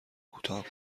کوتاه